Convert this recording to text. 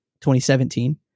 2017